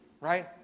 right